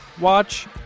watch